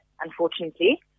unfortunately